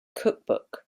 cookbook